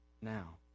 now